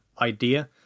idea